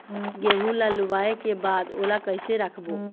गेहूं ला लुवाऐ के बाद ओला कइसे राखबो?